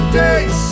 days